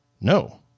no